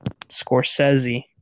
Scorsese